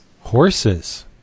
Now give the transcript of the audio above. Horses